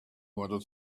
wanted